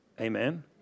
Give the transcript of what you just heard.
Amen